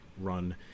run